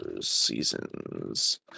seasons